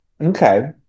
Okay